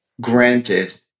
granted